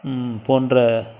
போன்ற